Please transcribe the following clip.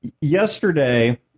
yesterday